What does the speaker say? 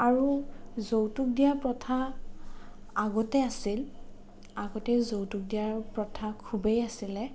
আৰু যৌতুক দিয়া প্ৰথা আগতে আছিল আগতে যৌতুক দিয়াৰ প্ৰথা খুবেই আছিল